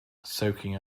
soaking